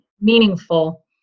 meaningful